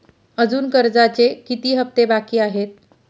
अजुन कर्जाचे किती हप्ते बाकी आहेत?